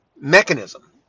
mechanism